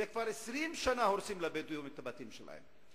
כבר 20 שנה הורסים לבדואים את הבתים שלהם.